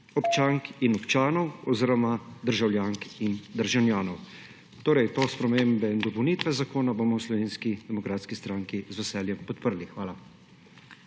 občank in občanov oziroma državljank in državljanov. Torej, te spremembe in dopolnitve zakona bomo v Slovenski demokratski stranki z veseljem podprli. Hvala.